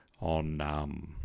on